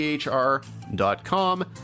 THR.com